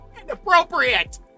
Inappropriate